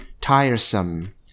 tiresome